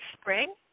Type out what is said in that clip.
spring